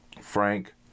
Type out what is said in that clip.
Frank